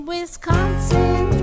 Wisconsin